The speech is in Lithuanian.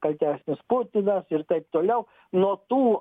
kaltesnis putinas ir taip toliau nuo tų